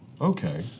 okay